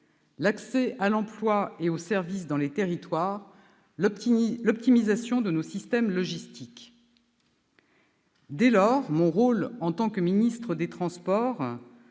l'accès à l'emploi et aux services dans les territoires, l'optimisation de nos systèmes logistiques. Dès lors, mon rôle, en tant que ministre des transports,